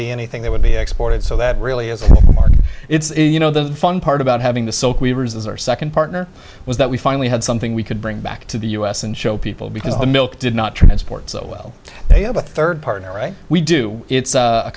be anything that would be exported so that really is it's you know the fun part about having the soak weavers as our second partner was that we finally had something we could bring back to the u s and show people because the milk did not transport so well they have a third partner right we do it's a